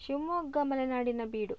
ಶಿವಮೊಗ್ಗ ಮಲೆನಾಡಿನ ಬೀಡು